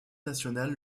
nationale